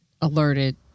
alerted